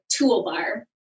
toolbar